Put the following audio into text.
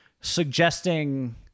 suggesting